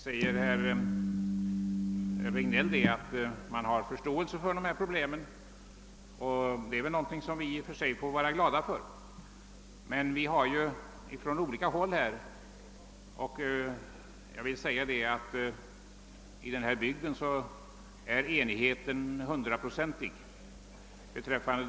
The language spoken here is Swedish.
Herr Regnéll säger att bankoutskottet har förståelse för dessa problem, och detta är väl någonting som vi i och för sig får vara tacksamma för. Vi har kritiserat bankoutskottet därför att man har förlitat sig på att någonting skulle komma att ske.